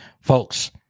Folks